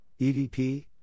EDP